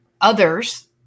others